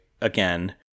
again